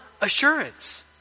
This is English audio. assurance